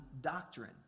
doctrine